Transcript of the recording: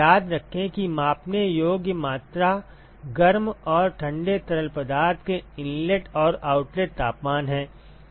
याद रखें कि मापने योग्य मात्रा गर्म और ठंडे तरल पदार्थ के इनलेट और आउटलेट तापमान हैं